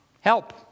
Help